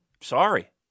Sorry